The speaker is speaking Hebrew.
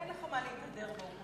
אין לך מה להתהדר באופוזיציה.